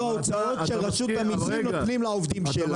ההוצאות שרשות המסים נותנת לעובדים שלה.